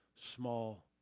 small